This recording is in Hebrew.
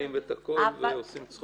התרמילים והכל ועושים צחוק.